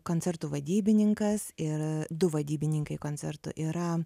koncertų vadybininkas ir du vadybininkai koncertų yra